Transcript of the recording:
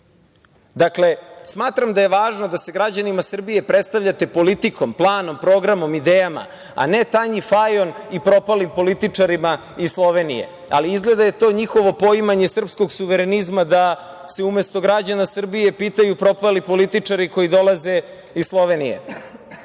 smatram da je važno da se građanima Srbije predstavljate politikom, planom, programom, idejama, a ne Tanji Fajon i propalim političarima iz Slovenije. Ali, izgleda je to njihovo poimanje srpskog suverenizma, da se umesto građana Srbije pitaju propali političari koji dolaze iz Slovenije.